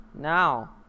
Now